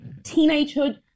teenagehood